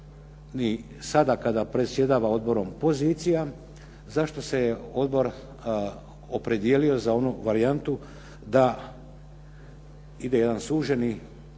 sada kada predsjedava odborom pozicija, zašto se je odbor opredijelio za onu varijantu da ide jedan suženi